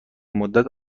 مدت